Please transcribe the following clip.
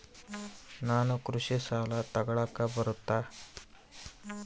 ನಾನು ಕೃಷಿ ಸಾಲ ತಗಳಕ ಬರುತ್ತಾ?